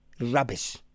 rubbish